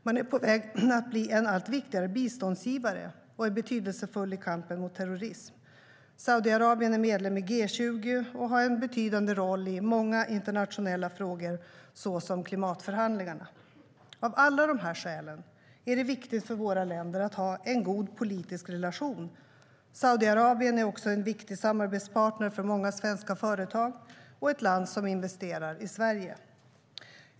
Man är på väg att bli en allt viktigare biståndsgivare och är betydelsefull i kampen mot terrorism. Saudiarabien är medlem i G20 och har en betydande roll i många internationella frågor, såsom klimatförhandlingarna. Av alla dessa skäl är det viktigt för våra länder att ha en god politisk relation. Saudiarabien är också en viktig samarbetspartner för många svenska företag och är ett land som investerar i Sverige.